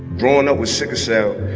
growing ah with sickle cell,